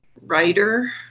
writer